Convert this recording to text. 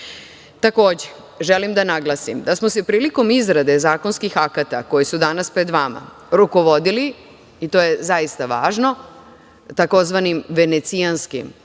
2007.Takođe, želim da naglasim da smo se prilikom izrade zakonskih akata koja su danas pred vama rukovodili, i to je zaista važno, tzv. venecijanskim principima